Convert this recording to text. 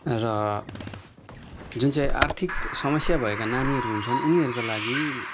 र जुन चाहिँ आर्थिक समस्या भएका नानीहरू हुन्छन् उनीहरूका लागि